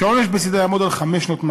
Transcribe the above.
שהעונש בצדה יעמוד על חמש שנות מאסר.